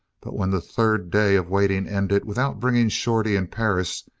but when the third day of waiting ended without bringing shorty and perris,